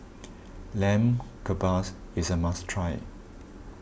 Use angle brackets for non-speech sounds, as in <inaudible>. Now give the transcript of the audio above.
<noise> Lamb Kebabs is a must try